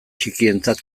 txikientzat